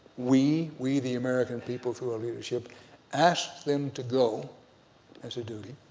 we we the american people through our leadership asked them to go as a duty,